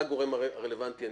יפנה גם אליך, יפנה לאחרים,